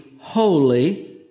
holy